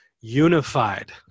unified